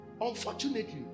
unfortunately